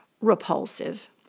repulsive